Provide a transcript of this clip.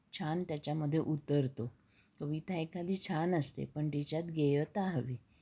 छान त्याच्यामध्ये उतरतो कविता एखादी छान असते पण तिच्यात गेयता हवी